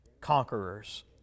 conquerors